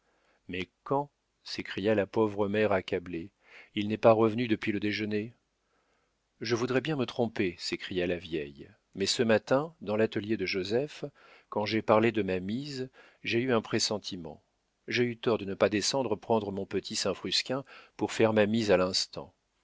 mais quand s'écria la pauvre mère accablée il n'est pas revenu depuis le déjeuner je voudrais bien me tromper s'écria la vieille mais ce matin dans l'atelier de joseph quand j'ai parlé de ma mise j'ai eu un pressentiment j'ai eu tort de ne pas descendre prendre mon petit saint frusquin pour faire ma mise à l'instant